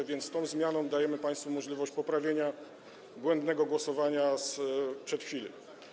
W związku z tą zmianą dajemy państwu możliwość poprawienia błędnego głosowania sprzed chwili.